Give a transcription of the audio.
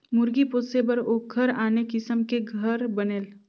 मुरगी पोसे बर ओखर आने किसम के घर बनेल